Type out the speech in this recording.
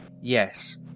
yes